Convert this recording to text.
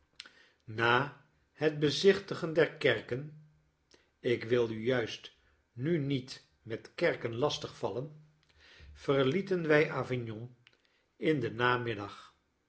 na het bezichtigen der kerken ik wil u juist nu niet met kerken lastig vallen verlieten wy a vignon in den namiddag